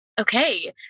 Okay